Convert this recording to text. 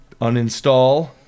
uninstall